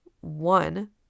One